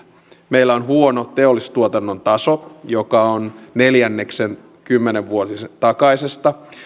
meillä on huono teollisuustuotannon taso joka on neljännes kymmenen vuoden takaisesta